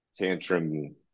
tantrum